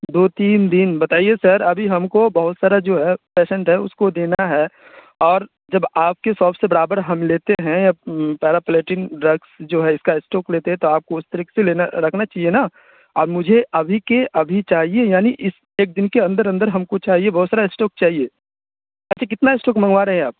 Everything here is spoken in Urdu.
دو تین دن بتائیے سر ابھی ہم کو بہت سارا جو ہے پیشنٹ ہے اس کو دینا ہے اور جب آپ کے شاپ سے برابر ہم لیتے ہیں پیراپلیٹنگ ڈرگس جو ہے اس کا اسٹاک لیتے ہیں تو آپ کو اس طرح سے لینا رکھنا چہیے نا اب مجھے ابھی کے ابھی چاہیے یعنی اس ایک دن کے اندر اندر ہم کو چاہیے بہت سارا اسٹاک چاہیے اچھا کتنا اسٹاک منگوا رہے ہیں آپ